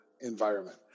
environment